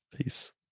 peace